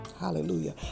hallelujah